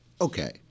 Okay